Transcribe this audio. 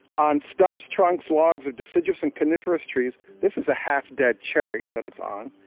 on stumps, trunks, logs of deciduous and coniferous trees. this is a half-dead cherry that it's on.